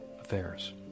affairs